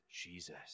Jesus